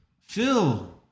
Phil